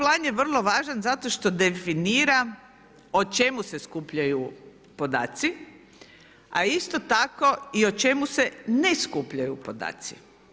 Ovaj plan je vrlo važan zato što definira o čemu se skupljaju podaci, a isto tako i o čemu se ne skupljaju podaci.